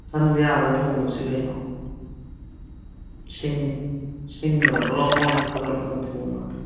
ꯁꯟꯗꯤ ꯑꯥꯗ ꯊꯣꯡꯉꯨꯁꯤ ꯀꯩꯅꯣ ꯁꯤꯡꯒ ꯒ꯭ꯔꯣꯡ ꯒ꯭ꯔꯣꯡ ꯊꯥꯒꯠꯂꯒ ꯊꯣꯡꯉꯗꯃꯤ